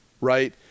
right